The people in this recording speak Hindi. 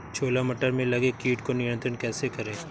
छोला मटर में लगे कीट को नियंत्रण कैसे करें?